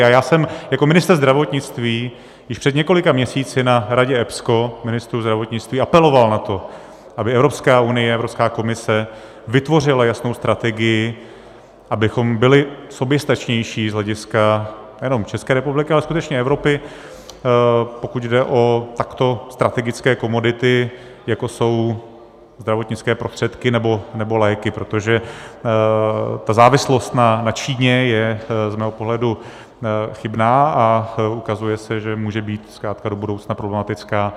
A já jsem jako ministr zdravotnictví již před několika měsíci na Radě EPSCO ministrů zdravotnictví apeloval na to, aby Evropská unie a Evropská komise vytvořily jasnou strategii, abychom byli soběstačnější z hlediska nejenom České republiky, ale skutečně Evropy, pokud jde o takto strategické komodity, jako jsou zdravotnické prostředky nebo léky, protože ta závislost na Číně je z mého pohledu chybná a ukazuje se, že může být zkrátka do budoucna problematická.